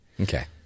Okay